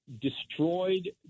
destroyed